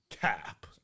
Cap